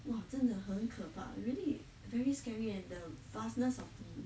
!wah! 真的很可怕 really very scary and the vastness of the